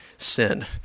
Sin